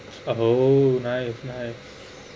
oh nice nice